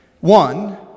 One